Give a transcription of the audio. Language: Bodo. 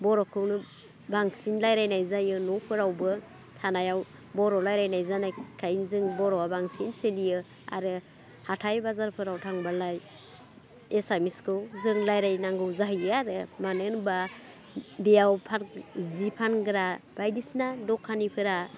बर'खौनो बांसिन रायज्लायनाय जायो न'फोरावबो थानायाव बर' राज्लायनाय जानायखायनो जों बर'आ बांसिन सोलियो आरो हाथाइ बाजारफ्राव थांबोला एसामिसखौ जों रायज्लायनांगौ जाहैयो आरो मानो होनबा बेयाव जि फानग्रा बायदिसिना दखानिफोरा